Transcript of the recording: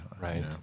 right